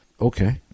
Okay